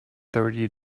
thirty